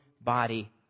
body